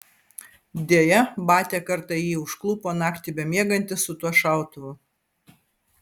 deja batia kartą jį ir užklupo naktį bemiegantį su tuo šautuvu